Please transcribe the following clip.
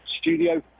Studio